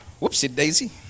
Whoopsie-daisy